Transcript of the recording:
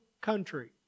country